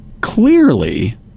clearly